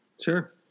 Sure